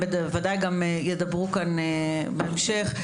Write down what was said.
הם בוודאי גם ידברו כאן בהמשך,